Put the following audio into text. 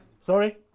Sorry